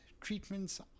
treatments